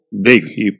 big